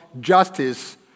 justice